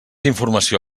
informació